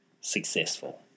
successful